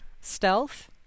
Stealth